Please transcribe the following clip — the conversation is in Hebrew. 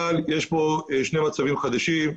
אבל יש כאן שני מצבים חדשים,